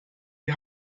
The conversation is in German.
die